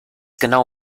genau